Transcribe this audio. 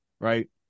right